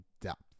depth